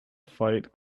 fight